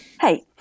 Hey